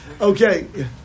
Okay